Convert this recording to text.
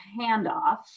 handoff